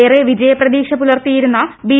ഏറെ വിജയ പ്രതീക്ഷ പുലർത്തിയിരുന്ന ബി